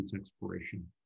exploration